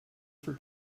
for